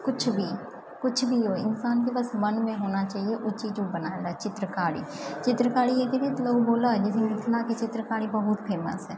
किछु भी किछु भी होइ इंसानके बस मनमे होना चाहियै उ चीज उ बनाय लै छै चित्रकारी चित्रकारी एकरे तऽ लोक बोलऽ हइ मिथिलाके चित्रकारी बहुत फेमस हइ